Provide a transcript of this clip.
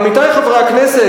עמיתי חברי הכנסת,